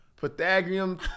Pythagorean